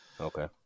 Okay